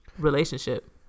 relationship